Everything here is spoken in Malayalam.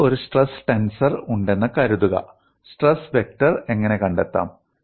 എനിക്ക് ഒരു സ്ട്രെസ് ടെൻസർ ഉണ്ടെന്ന് കരുതുക സ്ട്രെസ് വെക്റ്റർ എങ്ങനെ കണ്ടെത്താം